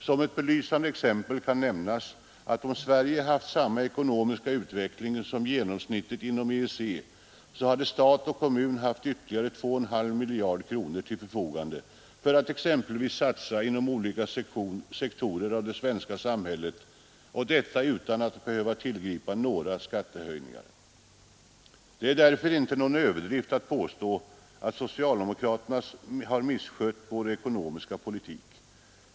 Som ett belysande exempel kan nämnas att om Sverige hade haft samma ekonomiska utveckling som genomsnittet inom EEC, hade stat och kommun haft ytterligare 2,5 miljarder kronor till förfogande för att satsa exempelvis på olika sektorer av det svenska samhället — och detta utan att behöva tillgripa några skattehöjningar. Det är därför inte någon överdrift att påstå att socialdemokraterna har misskött vår ekonomiska politik.